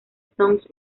songs